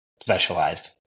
specialized